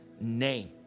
name